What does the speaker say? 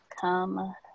come